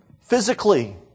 Physically